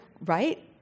right